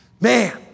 man